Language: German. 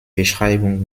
beschreibung